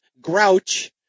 Grouch